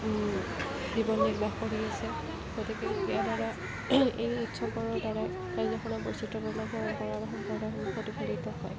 জীৱন নিৰ্বাহ কৰি আছে গতিকে ইয়াৰদ্বাৰা এই উৎসৱবোৰৰদ্বাৰাই ৰাজ্যখনৰ বৈচিত্ৰপূৰ্ণ কৰাৰ সম্প্ৰদায়সমূহ প্ৰতিফলিত হয়